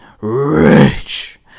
rich